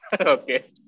Okay